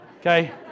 okay